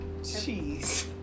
Jeez